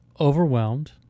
overwhelmed